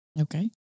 Okay